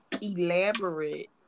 elaborate